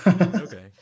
Okay